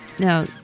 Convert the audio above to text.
Now